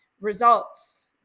results